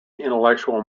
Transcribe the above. intellectual